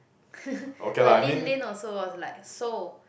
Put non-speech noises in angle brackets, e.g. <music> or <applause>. <laughs> no Lynn Lynn also was like so